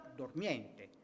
dormiente